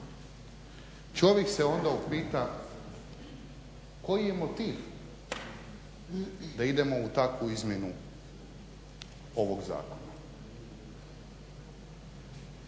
čovjek se onda upita koji je motiv da idemo u takvu izmjenu ovog zakona,